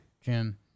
Jim